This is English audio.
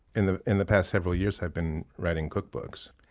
in the in the past several years i've been writing cookbooks.